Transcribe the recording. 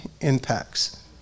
impacts